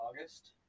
august